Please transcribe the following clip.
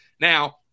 now